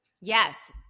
Yes